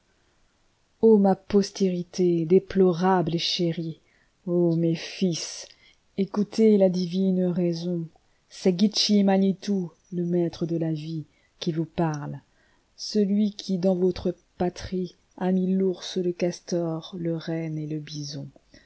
ma postérité déplorable et chérie mes fils i écoutez la divine raison c'est gitche manito le maître de la vie qui vous parle celui qui dans votre patriea mis l'ours le castor le renne et le bison